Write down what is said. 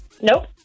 Nope